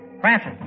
Francis